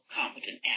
competent